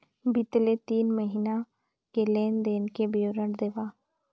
बितले तीन महीना के लेन देन के विवरण देवा?